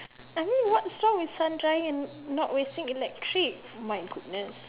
I mean what song is sun drying and not wasting electric my goodness